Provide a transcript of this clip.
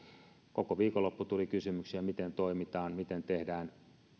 koko viikonloppu tuli kysymyksiä miten toimitaan miten tehdään